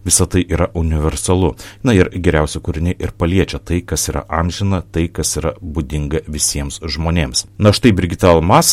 visa tai yra universalu na ir geriausi kūriniai ir paliečia tai kas yra amžina tai kas yra būdinga visiems žmonėms na štai brigita almas